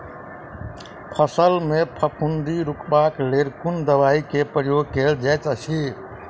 फसल मे फफूंदी रुकबाक लेल कुन दवाई केँ प्रयोग कैल जाइत अछि?